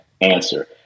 answer